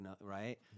right